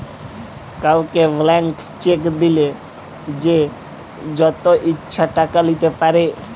কাউকে blank cheque দিলে সে যত ইচ্ছা টাকা লিতে পারে